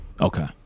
okay